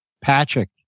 Patrick